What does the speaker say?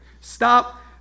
Stop